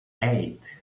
eight